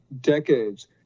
decades